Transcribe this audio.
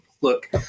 look